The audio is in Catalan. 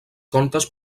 contes